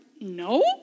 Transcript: no